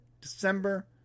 December